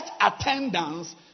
attendance